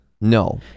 No